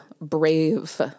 brave